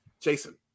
Jason